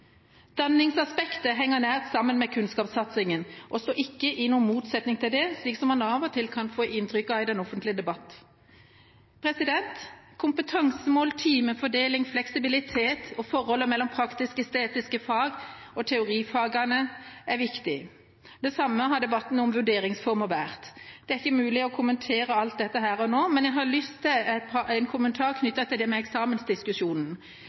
Danningsaspektet henger nært sammen med kunnskapssatsingen og står ikke i motstrid til den, som man av og til kan få inntrykk av i den offentlige debatt. Kompetansemål, timefordeling, fleksibilitet og forholdet mellom de praktisk-estetiske fagene og teorifagene er viktig. Det samme har debatten om vurderingsformer vært. Det er ikke mulig å kommentere alt dette her og nå, men jeg har lyst til å komme med en kommentar knyttet til eksamensdiskusjonen.